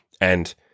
and-